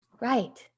Right